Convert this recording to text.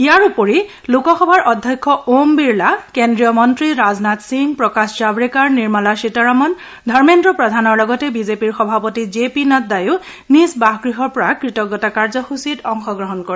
ইয়াৰ উপৰি লোকসভাৰ অধ্যক্ষ ওম বিৰলা কেন্দ্ৰীয় মন্ত্ৰী ৰাজনাথ সিং প্ৰকাশ জাল্ৰেকাৰ নিৰ্মলা সীতাৰমন ধৰ্মেদ্ৰ প্ৰধানৰ লগতে বিজেপিৰ সভাপতি জে পে নড্ডাইও নিজা বাসগৃহৰ পৰা কৃতজ্ঞতা কাৰ্যসূচীত অংশগ্ৰহণ কৰে